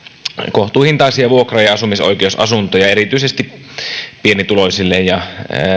kohtuuhintaisia vuokra ja asumisoikeusasuntoja erityisesti pienituloisille ja